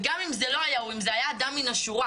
וגם אם זה לא היה הוא, אם זה היה אדם מן השורה.